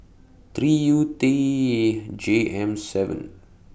three U T E J M seven